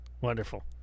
wonderful